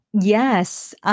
Yes